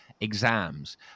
exams